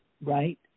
right